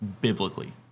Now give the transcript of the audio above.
biblically